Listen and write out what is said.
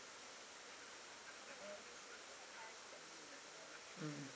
mm